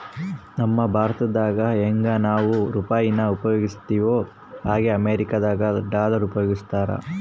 ನಮ್ ಭಾರತ್ದಾಗ ಯಂಗೆ ನಾವು ರೂಪಾಯಿನ ಉಪಯೋಗಿಸ್ತಿವೋ ಹಂಗೆ ಅಮೇರಿಕುದಾಗ ಡಾಲರ್ ಉಪಯೋಗಿಸ್ತಾರ